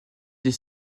des